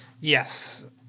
Yes